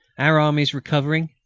our armies recovering,